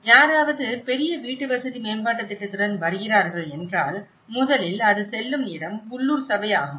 யாராவது பெரிய வீட்டுவசதி மேம்பாட்டுத் திட்டத்துடன் வருகிறார்கள் என்றால் முதலில் அது செல்லும் இடம் உள்ளூர் சபை ஆகும்